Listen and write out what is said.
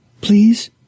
please